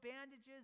bandages